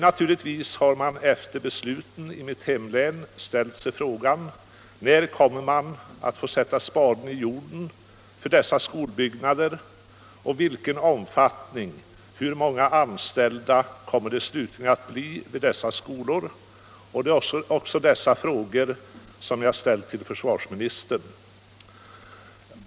Naturligtvis har man efter besluten i mitt hemlän frågat: När kommer man att få sätta spaden i jorden för dessa skolbyggnader, vilken omfattning får de och hur många anställda kommer det slutligen att bli vid dessa skolor? Det är också dessa frågor som jag ställt till försvarsministern.